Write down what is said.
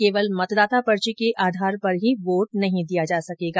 केवल मतदाता पर्ची के आधार पर ही वोट नहीं दिया जा सकेगा